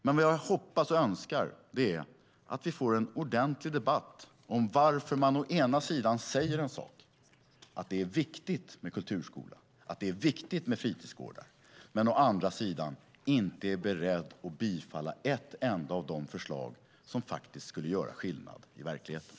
Men det jag hoppas och önskar är att vi får en ordentlig debatt om varför man å ena sidan säger en sak, att det är viktigt med kulturskolan, att det är viktigt med fritidsgårdar, men å andra sidan inte är beredd att bifalla ett enda av de förslag som faktiskt skulle göra skillnad i verkligheten.